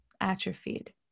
atrophied